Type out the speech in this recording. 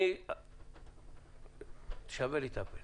אין בעיה.